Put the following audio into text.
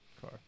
car